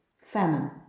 famine